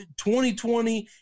2020